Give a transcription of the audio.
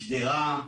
שדרה.